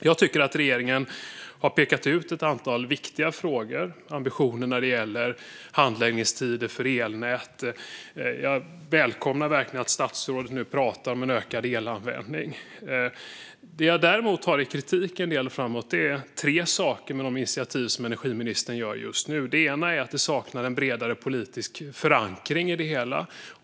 Jag tycker att regeringen har pekat ut ett antal viktiga frågor och ambitioner när det gäller handläggningstider för elnät, och jag välkomnar verkligen att statsrådet nu pratar om en ökad elanvändning. Det jag däremot har kritik mot är tre saker gällande de initiativ som energiministern tar just nu. Det ena är att det saknas en bredare politisk förankring i det hela.